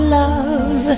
love